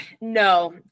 No